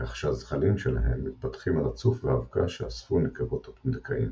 כך שהזחלים שלהן מתפתחים על הצוף והאבקה שאספו נקבות הפונדקאים.